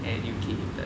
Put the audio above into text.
educated